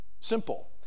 Simple